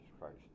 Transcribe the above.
Christ